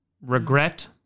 regret